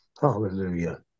Hallelujah